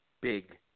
big